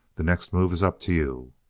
the next move is up to you.